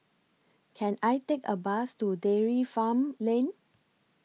Can I Take A Bus to Dairy Farm Lane